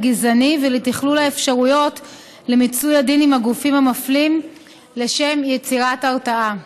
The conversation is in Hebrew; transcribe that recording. גזעני ולתכלול האפשרויות למיצוי הדין עם הגופים המפלים לשם יצירת הרתעה.